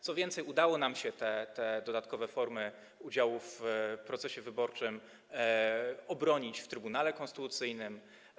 Co więcej, udało nam się te dodatkowe formy udziału w procesie wyborczym obronić w Trybunale Konstytucyjnym.